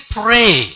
pray